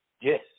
yes